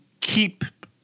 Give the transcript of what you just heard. keep